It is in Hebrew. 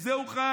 מזה הוא חי,